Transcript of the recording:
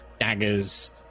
daggers